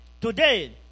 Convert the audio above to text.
today